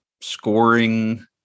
scoring